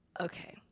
Okay